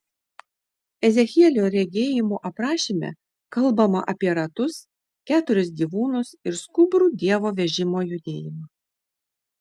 ezechielio regėjimo aprašyme kalbama apie ratus keturis gyvūnus ir skubrų dievo vežimo judėjimą